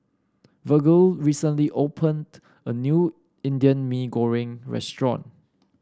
Virgle recently opened a new Indian Mee Goreng Restaurant